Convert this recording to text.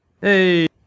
hey